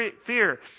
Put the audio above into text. fear